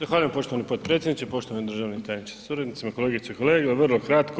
Zahvaljujem poštovani potpredsjedniče, poštovani državni tajniče sa suradnicima, kolegice i kolege, vrlo kratko.